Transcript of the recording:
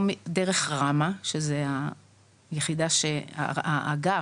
או דרך רמ"ה שזה היחידה האגף,